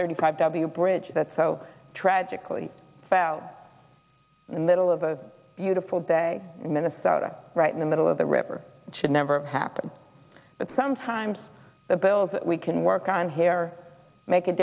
thirty five w bridge that so tragically in the middle of a beautiful day in minnesota right in the middle of the river should never happen but sometimes the bills that we can work on here make a